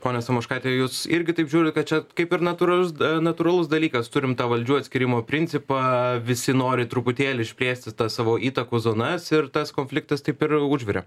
ponia samoškaite jūs irgi taip žiūrit kad čia kaip ir natūralus natūralus dalykas turime tą valdžių atskyrimo principą visi nori truputėlį išplėsti tas savo įtakos zonas ir tas konfliktas taip ir užvirė